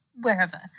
wherever